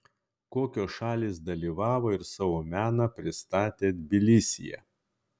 kokios šalys dalyvavo ir savo meną pristatė tbilisyje